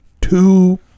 two